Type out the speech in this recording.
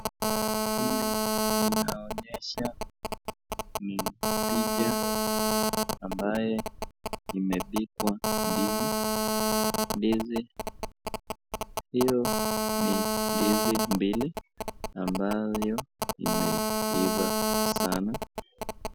Hili linaonyesha ni picha ambyo imepikwa ndizi, ndizi hiyo ni ndizi mbili ambayo imeifa sana.